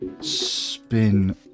spin